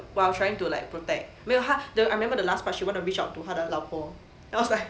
while trying to like protect 没有他 the I remember the last part she wanna reach out to 他的老婆 then I was like